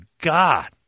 God